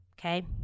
Okay